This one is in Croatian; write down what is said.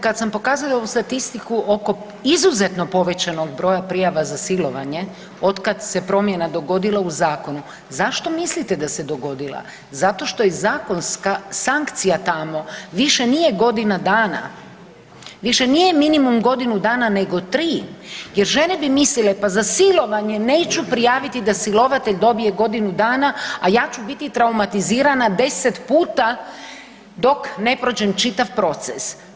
Kad sam pokazala statistiku oko izuzetno povećanog broja prijava za silovanje otkad se promjena dogodila u zakonu, zašto mislite da se dogodila, zato što je i zakonska sankcija tamo, više nije godina dana, više nije minimum godinu dana nego 3 jer žene bi mislile pa za silovanje neću prijaviti da silovatelj dobije godinu dana, a ja ću biti traumatizirana 10 puta dok ne prođem čitav proces.